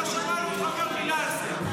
לא שמענו אותך אומר מילה על זה.